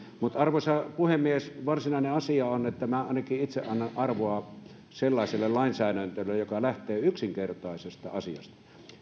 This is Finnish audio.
mutta arvoisa puhemies varsinainen asia on että ainakin itse annan arvoa sellaiselle lainsäädännölle joka lähtee yksinkertaisesta asiasta